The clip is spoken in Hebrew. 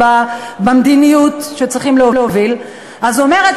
שר אוצר במדינת ישראל אומר,